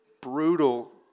brutal